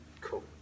Cool